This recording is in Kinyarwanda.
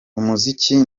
umuziki